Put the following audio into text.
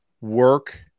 work